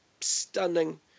stunning